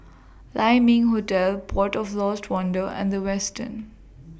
Lai Ming Hotel Port of Lost Wonder and The Westin